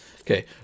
Okay